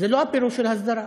זה לא הפירוש של הסדרה.